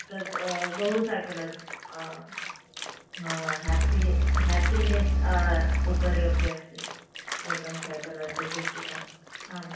तद् बहु psychology um happy happiness उपरि अपि अस्ति एकं सैकोलजिपुस्तिका आम्